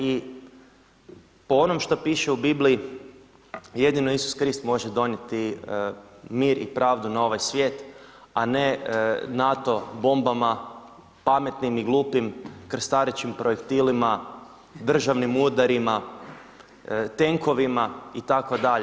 I po onom što piše u Bibliji jedino Isus Krist može donijeti mir i pravdu na ovaj svijet a ne NATO bombama pametnim i glupim, krstarećim projektilima, državnim udarima, tenkovima itd.